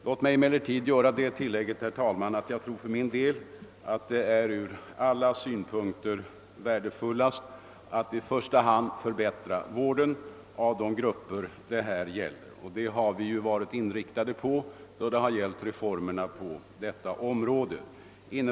Låt mig emellertid tillägga, herr talman, att jag tror att det ur alla synpunkter är värdefullast att i första hand förbättra vården av de grupper det här gäller. Detta har vi ju varit inriktade på då det gällt reformerna på detta område.